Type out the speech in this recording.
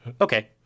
Okay